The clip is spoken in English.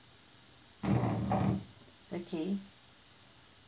okay